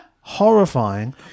horrifying